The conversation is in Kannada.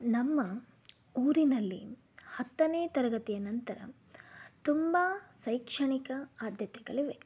ನಮ್ಮ ಊರಿನಲ್ಲಿ ಹತ್ತನೇ ತರಗತಿಯ ನಂತರ ತುಂಬ ಶೈಕ್ಷಣಿಕ ಆದ್ಯತೆಗಳಿವೆ